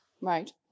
Right